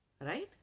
right